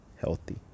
healthy